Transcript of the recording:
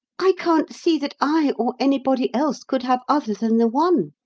i can't see that i or anybody else could have other than the one,